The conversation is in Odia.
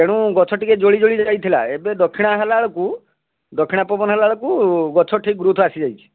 ତେଣୁ ଗଛ ଟିକିଏ ଜଳି ଜଳି ଯାଇଥିଲା ଏବେ ଦକ୍ଷିଣା ହେଲାବେଳୁକୁ ଦକ୍ଷିଣା ପବନ ହେଲାବେଳୁକୁ ଗଛ ଠିକ୍ ଗ୍ରୋଥ୍ ଆସିଯାଇଛି